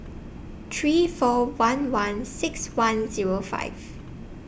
three four one one six one Zero five